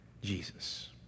Jesus